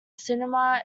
cinema